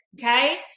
Okay